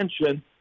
attention